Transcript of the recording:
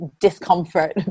discomfort